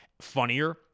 funnier